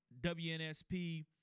WNSP